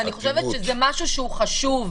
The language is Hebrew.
ואני חושבת שזה משהו שהוא חשוב.